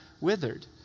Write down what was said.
withered